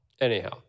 Anyhow